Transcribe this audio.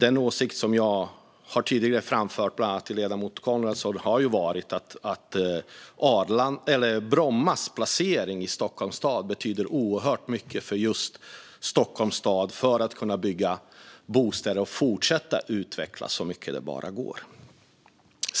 En åsikt som jag tidigare har framfört till bland andra ledamoten Coenraads är att Brommas placering i Stockholms stad betyder oerhört mycket för just Stockholms stad för att man där ska kunna bygga bostäder och fortsätta utvecklas så mycket det bara går.